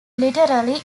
literally